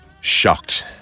Shocked